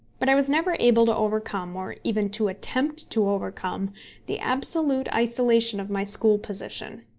but i was never able to overcome or even to attempt to overcome the absolute isolation of my school position.